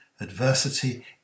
adversity